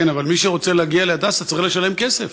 כן, אבל מי שרוצה להגיע להדסה צריך לשלם כסף.